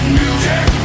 music